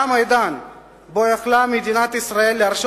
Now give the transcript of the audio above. תם העידן שבו יכולה מדינת ישראל להרשות